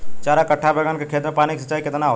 चार कट्ठा बैंगन के खेत में पानी के सिंचाई केतना होला?